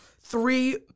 three